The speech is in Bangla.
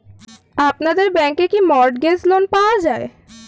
আপনাদের ব্যাংকে কি মর্টগেজ লোন পাওয়া যায়?